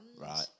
Right